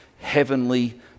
heavenly